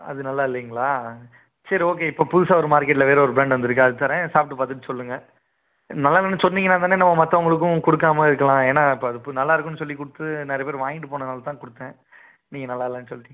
அது நல்லா இல்லைங்களா சரி ஓகே இப்போ புதுசாக ஒரு மார்க்கெட்டில் வேறு ஒரு ப்ராண்ட் வந்திருக்கு அது தர்றேன் சாப்பிட்டு பார்த்துட்டு சொல்லுங்கள் நல்லா இல்லைனு சொன்னிங்கனா தானே நம்ம மற்றவங்களுக்கும் கொடுக்காம இருக்கலாம் ஏன்னா இப்போ அது பு நல்லாயிருக்கும்னு சொல்லி கொடுத்து நிறைய பேர் வாங்கிட்டு போனதினால தான் கொடுத்தேன் நீங்கள் நல்லா இல்லைனு சொல்லிட்டிங்க